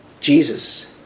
Jesus